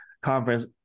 conference